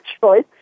choice